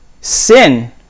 Sin